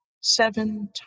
seven